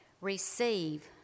Receive